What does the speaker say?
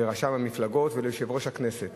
לרשם המפלגות וליושב-ראש הכנסת.